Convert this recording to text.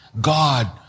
God